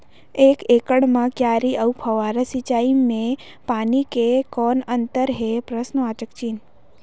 एक एकड़ म क्यारी अउ फव्वारा सिंचाई मे पानी के कौन अंतर हे?